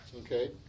okay